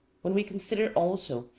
when we consider, also,